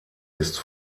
ist